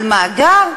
על מאגר,